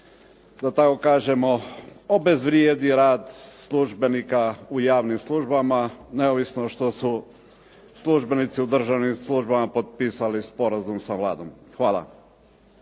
da tako kažemo, obezvrijedi rad službenika u javnim službama, neovisno što su službenici u državnim službama potpisali sporazum sa Vladom. Hvala.